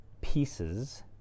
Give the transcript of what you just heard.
pieces